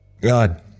God